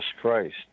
Christ